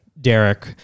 derek